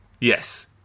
Yes